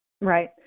Right